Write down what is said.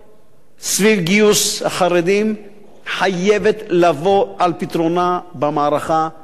סביב גיוס החרדים חייבת לבוא על פתרונה במערכה הזאת.